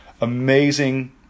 amazing